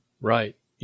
Right